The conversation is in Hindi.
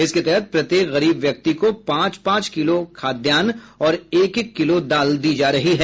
इसके तहत प्रत्येक गरीब व्यक्ति को पांच पांच किलो खाद्यान्न और एक एक किलो दाल दी जा रही है